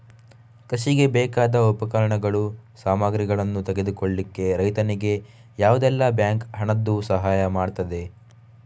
ಕೃಷಿಗೆ ಬೇಕಾದ ಉಪಕರಣಗಳು, ಸಾಮಗ್ರಿಗಳನ್ನು ತೆಗೆದುಕೊಳ್ಳಿಕ್ಕೆ ರೈತನಿಗೆ ಯಾವುದೆಲ್ಲ ಬ್ಯಾಂಕ್ ಹಣದ್ದು ಸಹಾಯ ಮಾಡ್ತದೆ?